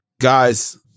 guys